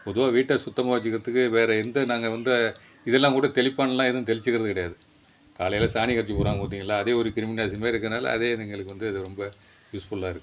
பொதுவாக வீட்டை சுத்தமாக வச்சிக்கிறதுக்கு வேறு எந்த நாங்கள் வந்து இதல்லாம் கூட தெளிப்பான்லாம் எதுவும் தெளித்துக்கிறது கிடையாது காலையில் சாணி கரைச்சி போடுறாங்க பார்த்தீங்களா அதே ஒரு கிருமி நாசினி மாதிரி இருக்குறதுனால் அதே எங்களுக்கு வந்து ரொம்ப யூஸ்ஃபுல்லாக இருக்குது